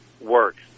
works